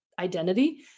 Identity